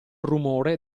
rumore